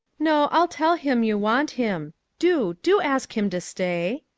no, i'll tell him you want him. do do ask him to stay.